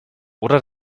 oder